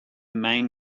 main